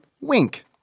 Wink